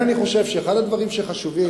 לכן אני חושב שאחד הדברים שחשובים,